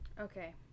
Okay